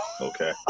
Okay